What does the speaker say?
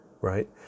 right